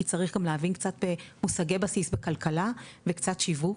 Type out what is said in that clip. כי צריך להבין קצת מושגי בסיס בכלכלה וקצת שיווק